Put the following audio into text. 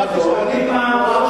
אתה